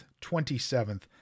27th